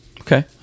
Okay